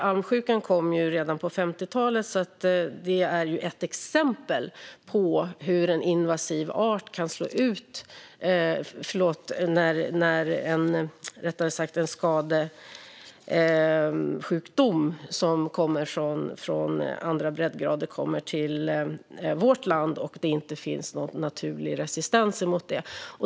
Almsjukan kom redan på 50-talet och är ett exempel på hur en skadesjukdom kommer till vårt land från andra breddgrader och det inte finns någon naturlig resistens mot den.